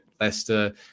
Leicester